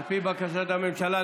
על פי בקשת הממשלה.